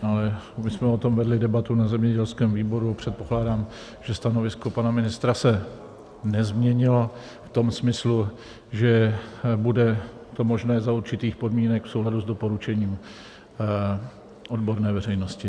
Ale my jsme o tom vedli debatu na zemědělském výboru, předpokládám, že stanovisko pana ministra se nezměnilo v tom smyslu, že bude to možné za určitých podmínek v souladu s doporučením odborné veřejnosti.